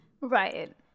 Right